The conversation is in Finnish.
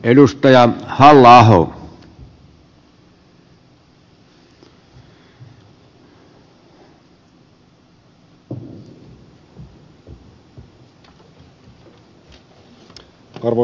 arvoisa herra puhemies